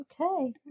okay